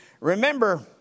Remember